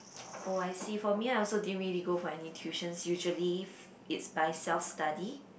oh I see for me I also didn't really go for any tuitions usually f~ it's by self study